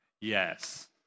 Yes